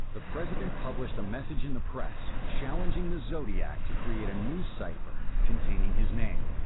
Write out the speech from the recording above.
the president published a message in the press challenging the zodiac to create a new cipher containing his name.